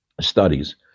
studies